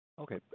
Okay